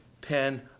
pen